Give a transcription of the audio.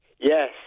Yes